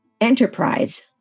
enterprise